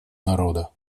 народа